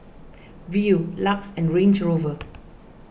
Viu Lux and Range Rover